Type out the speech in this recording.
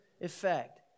effect